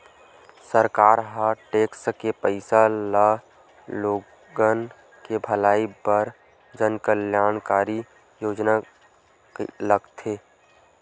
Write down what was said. सरकार ह टेक्स के पइसा ल लोगन के भलई बर जनकल्यानकारी योजना लाथे